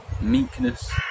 meekness